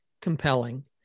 compelling